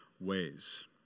ways